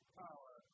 power